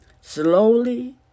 slowly